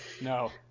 no